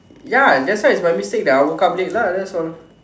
ya that's why is my mistake that I woke up late lah that's all